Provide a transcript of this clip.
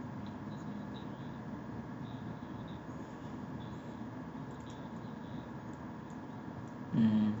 mm